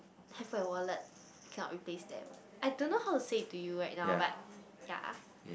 handphone and wallet cannot replace them I don't know how to say to you right now but ya